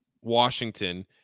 Washington